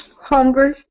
Hungry